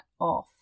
off